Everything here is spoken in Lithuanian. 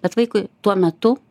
bet vaikui tuo metu